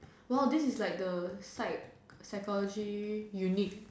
!wow! this is like the psych psychology unit